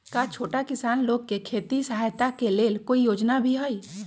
का छोटा किसान लोग के खेती सहायता के लेंल कोई योजना भी हई?